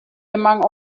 among